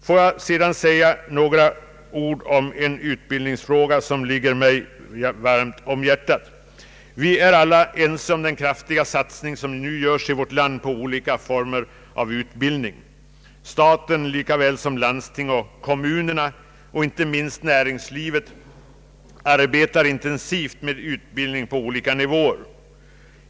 Jag vill också säga några ord om en utbildningsfråga som ligger mig varmt om hjärtat. Vi är alla ense om den kraftiga satsning som nu görs i vårt land på olika former av utbildning. Staten lika väl som landsting, kommuner och inte minst näringslivet arbetar intensivt med utbildning på olika nivåer.